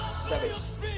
service